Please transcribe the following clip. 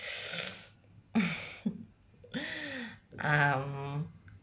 um